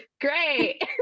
great